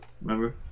Remember